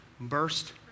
burst